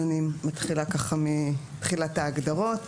אני מתחילה בהגדרות.